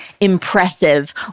impressive